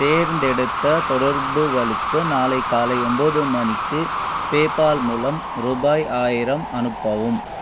தேர்ந்தெடுத்த தொடர்புகளுக்கு நாளை காலை ஒம்பது மணிக்கு பேபால் மூலம் ரூபாய் ஆயிரம் அனுப்பவும்